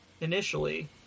initially